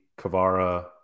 Kavara